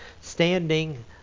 standing